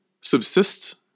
subsists